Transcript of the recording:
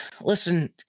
listen